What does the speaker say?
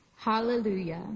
Hallelujah